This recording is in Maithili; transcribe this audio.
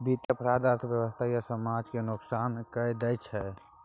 बित्तीय अपराध अर्थव्यवस्था आ समाज केँ नोकसान कए दैत छै